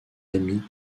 amis